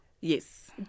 Yes